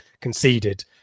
conceded